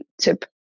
tip